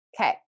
Okay